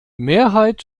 mehrheit